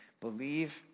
believe